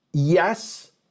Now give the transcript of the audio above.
Yes